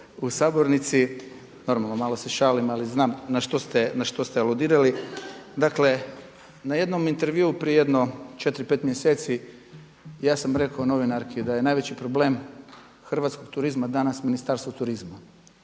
u sabornici. Normalno, malo s šalim, ali znam na što ste aludirali. Dakle, na jednom intervjuu prije jedno četiri, pet mjeseci, ja sam rekao novinarki da je najveći problem hrvatskog turizma danas Ministarstvo turizma.